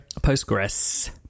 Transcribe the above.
Postgres